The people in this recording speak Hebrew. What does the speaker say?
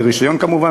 ברישיון כמובן,